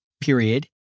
period